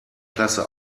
klasse